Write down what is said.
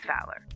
Fowler